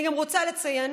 אני גם רוצה לציין